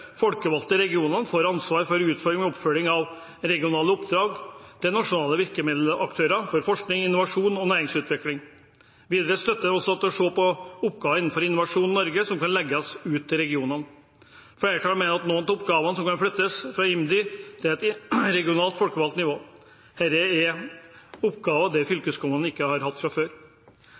folkevalgte regionene får ansvar for utforming og oppfølging av regionale oppdrag til nasjonale virkemiddelaktører for forskning, innovasjon og næringsutvikling. Videre støtter flertallet også å se på om oppgaver innenfor Innovasjon Norge kan legges til regionene. Flertallet mener at noen av oppgavene kan flyttes fra IMDi til et regionalt folkevalgt nivå. Dette er oppgaver fylkeskommunene ikke har hatt før.